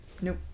nope